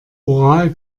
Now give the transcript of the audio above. ural